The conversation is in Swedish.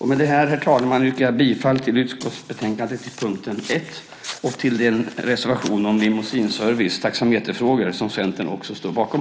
Med detta, herr talman, yrkar jag bifall till utskottets förslag under punkten 1 samt till den reservation om limousineservice och taxameterfrågor som Centern också står bakom.